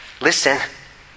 listen